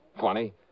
Funny